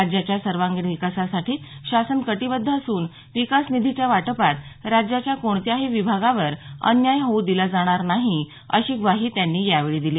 राज्याच्या सर्वांगीण विकासासाठी शासन कटीबद्ध असून विकास निधीच्या वाटपात राज्याच्या कोणत्याही विभागावर अन्याय होऊ दिला जाणार नाही अशी ग्वाही त्यांनी यावेळी दिली